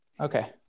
okay